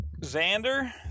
Xander